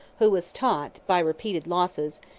who was taught, by repeated losses,